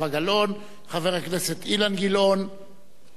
חבר הכנסת אילן גילאון יעלה ויבוא.